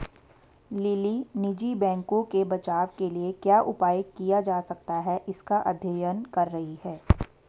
lily निजी बैंकों के बचाव के लिए क्या उपाय किया जा सकता है इसका अध्ययन कर रही है